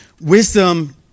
wisdom